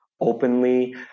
openly